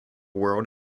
world